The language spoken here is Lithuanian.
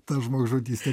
ta žmogžudyste